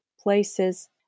places